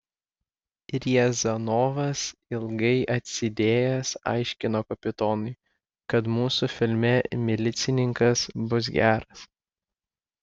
riazanovas ilgai ir atsidėjęs aiškino kapitonui kad mūsų filme milicininkas bus geras